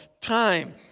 time